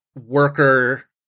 worker